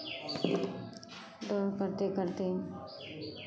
दौड़ करिते करिते